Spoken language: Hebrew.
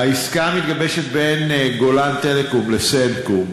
העסקה המתגבשת בין "גולן טלקום" ל"סלקום",